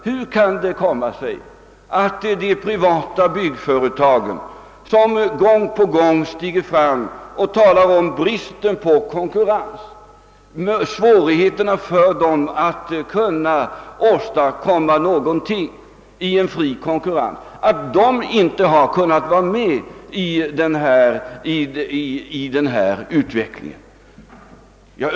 Hur kan det komma sig att de privata byggföretagen, som gång på gång stiger fram och talar om svårigheterna att få åstadkomma någonting i fri konkurrens, inte har kunnat vara med i denna utveckling?